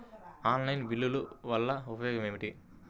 Online బిల్లుల వల్ల ఉపయోగమేమిటీ?